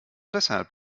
deshalb